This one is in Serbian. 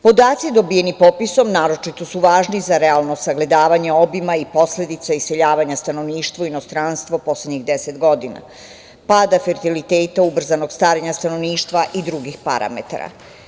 Podaci dobijeni popisom, naročito su važni za realno sagledavanje obima i posledica iseljavanja stanovništva u inostranstvo poslednjih 10 godina, pada fertiliteta, ubrzanog starenja stanovništva i drugih parametara.